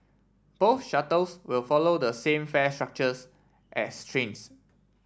both shuttles will follow the same fare structures as trains